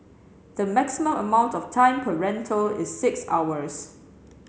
the maximum amount of time per rental is six hours